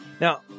Now